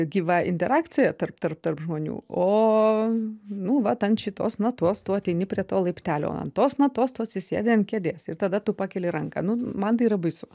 gyva interakcija tarp tarp tarp žmonių o nu vat ant šitos natos tu ateini prie to laiptelio o ant tos natos tu atsisėdi ant kėdės ir tada tu pakeli ranką nu man tai yra baisu